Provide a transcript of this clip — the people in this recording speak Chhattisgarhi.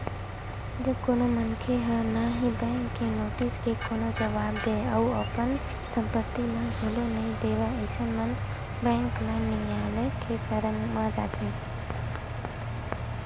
जब कोनो मनखे ह ना ही बेंक के नोटिस के कोनो जवाब देवय अउ अपन संपत्ति ल घलो नइ देवय अइसन म बेंक ल नियालय के सरन म जाथे